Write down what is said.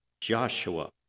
joshua